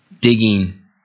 Digging